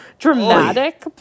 Dramatic